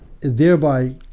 thereby